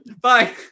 bye